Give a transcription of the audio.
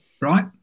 Right